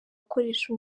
gukoresha